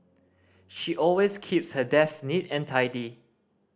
she always keeps her desk neat and tidy